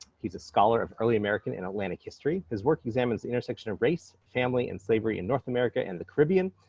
he's a scholar of early american and atlantic history. his work examines the intersection of race, family and slavery in north america and the caribbean.